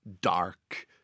dark